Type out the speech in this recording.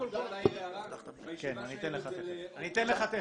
אני אתן לך תיכף.